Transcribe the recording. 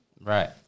Right